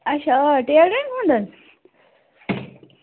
اَچھا آ ٹیٚلَرن ہُنٛد ہا